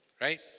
right